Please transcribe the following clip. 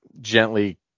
Gently